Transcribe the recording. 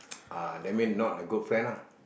uh that mean not a good friend ah